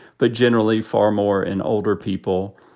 but generally far more in older people.